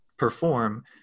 perform